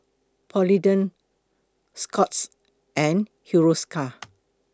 Polident Scott's and Hiruscar